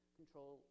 control